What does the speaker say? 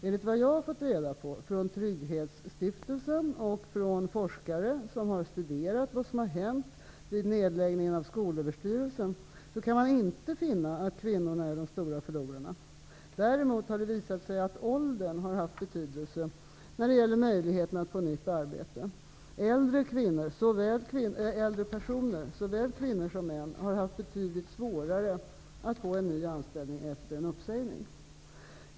Enligt vad jag har fått reda på från Trygghetsstiftelsen och från forskare som har studerat vad som har hänt vid nedläggningen av Skolöverstyrelsen kan man inte finna att kvinnorna är de stora förlorarna. Däremot har det visat sig att åldern har haft betydelse när det gäller möjligheten att få nytt arbete. Äldre personer, såväl kvinnor som män, har haft betydligt svårare att få en ny anställning efter en uppsägning.